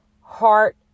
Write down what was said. heart